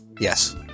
yes